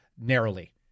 narrowly